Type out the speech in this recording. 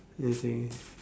anything